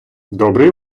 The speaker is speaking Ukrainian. добрий